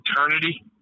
eternity